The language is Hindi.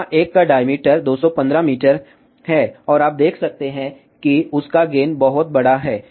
यहां एक का डायमीटर 215 मीटर है और आप देख सकते हैं कि उनका गेन बहुत बड़ा है